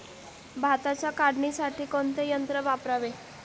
भाताच्या काढणीसाठी कोणते यंत्र वापरावे?